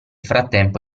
frattempo